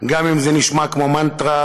גם אם זה נשמע כמו מנטרה,